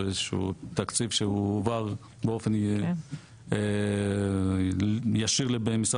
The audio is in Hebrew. או איזשהו תקציב שהועבר באופן ישיר במשרד